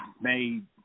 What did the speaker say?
made